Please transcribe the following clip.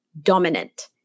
dominant